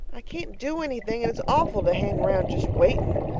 i can't do anything, and it's awful to hang round just waiting,